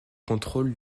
contrôle